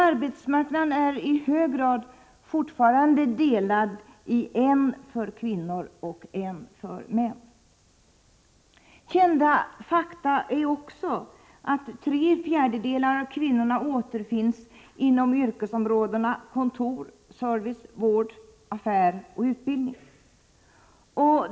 Arbetsmarknaden är fortfarande i hög grad delad i en för kvinnor och en för män. Ett känt faktum är också att tre fjärdedelar av kvinnorna återfinns inom yrkesområdena kontor, service, vård, affär och utbildning.